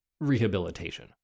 rehabilitation